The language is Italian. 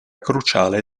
cruciale